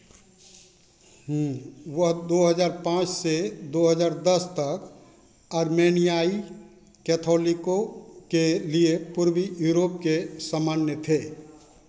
हूँ वह दो हज़ार पाँच से दो हज़ार दस तक अर्मेनियाई कैथोलिकों के लिए पूर्वी यूरोप के समान्य थे